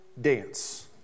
dance